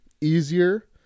easier